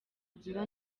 agira